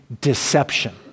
deception